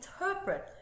interpret